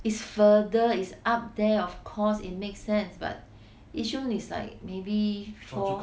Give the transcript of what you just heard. it's further it's up there of course it makes sense but yishun is like maybe four